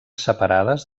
separades